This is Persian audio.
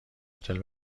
هتل